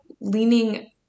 leaning